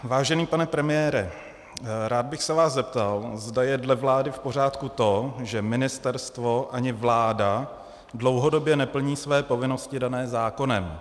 Vážený pane premiére, rád bych se vás zeptal, zda je dle vlády v pořádku to, že ministerstvo ani vláda dlouhodobě neplní své povinnosti dané zákonem.